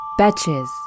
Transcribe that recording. Batches